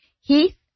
Heath